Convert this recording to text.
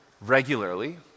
regularly